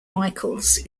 michaels